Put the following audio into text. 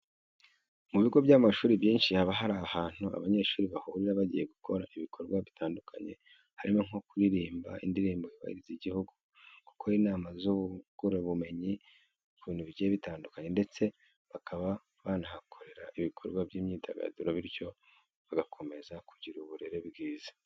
Mu bigo by'amashuri byinshi haba hari ahantu abanyeshuri bahurira bagiye gukora ibikorwa bitandukanye harimo nko kuririmba indirimbo yubahiriza igihugu, gukora inama zibungura ubumenyi ku bintu bigiye bitandukanye ndetse bakaba banahakorera ibikorwa by'imyidagaduro bityo bagakomeza kugira uburere bwiza.